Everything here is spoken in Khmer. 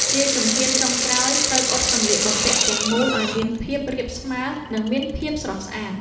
ជាជំហានចុងក្រោយ ត្រូវអ៊ុតសម្លៀកបំពាក់ទាំងមូលឱ្យមានភាពរាបស្មើ និងមានភាពស្រស់ស្អាត ដែលរួចរាល់សម្រាប់ការប្រើប្រាស់។